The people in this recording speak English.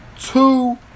two